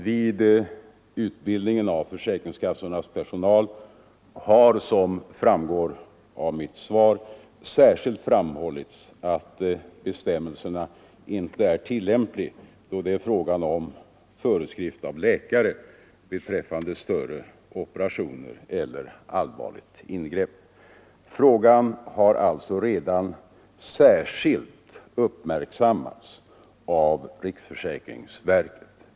Vid utbildningen av försäkringskassornas personal har, som framgår av mitt svar, särskilt framhållits att bestämmelsen inte är tillämplig, då det är fråga om föreskrift av läkare beträffande större operationer eller allvarligt ingrepp. Frågan har alltså redan särskilt uppmärksammats av riksförsäkringsverket.